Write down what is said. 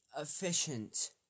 efficient